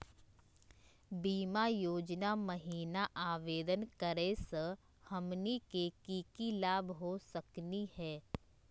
बीमा योजना महिना आवेदन करै स हमनी के की की लाभ हो सकनी हे?